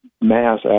mass